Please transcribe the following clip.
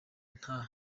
nta